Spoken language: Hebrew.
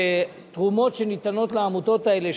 שתרומות שניתנות לעמותות האלה,